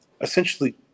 essentially